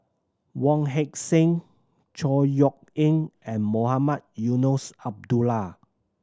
Wong Heck Sing Chor Yeok Eng and Mohamed Eunos Abdullah